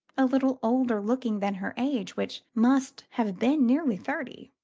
a little older-looking than her age, which must have been nearly thirty.